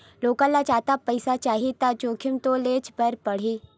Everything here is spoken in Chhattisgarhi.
लोगन ल जादा पइसा चाही त जोखिम तो लेयेच बर परही